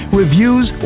reviews